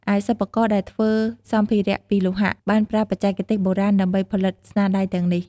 ឯសិប្បករដែលធ្វើសម្ភារៈពីលោហៈបានប្រើបច្ចេកទេសបុរាណដើម្បីផលិតស្នាដៃទាំងនេះ។